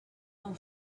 nou